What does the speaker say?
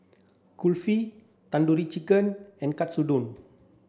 Kulfi Tandoori Chicken and Katsudon